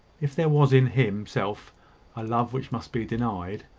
if there was in himself a love which must be denied,